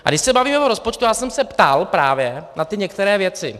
A když se bavíme o rozpočtu, já jsem se ptal právě na ty některé věci.